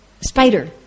spider